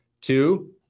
Two